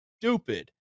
stupid